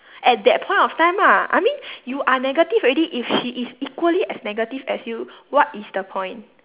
at that point of time lah I mean you are negative already if she is equally as negative as you what is the point